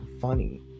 funny